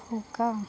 हो का